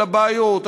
על הבעיות,